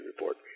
report